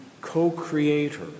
co-creator